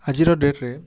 ଆଜିର ଡ଼େଟ୍ରେ